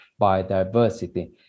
biodiversity